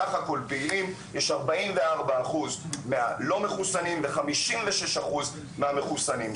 סך הכל פעילים יש 44% לא מחוסנים ו-56% מחוסנים.